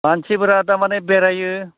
मानसिफोरा दामानि बेरायो